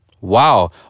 Wow